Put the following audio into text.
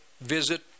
visit